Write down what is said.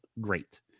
great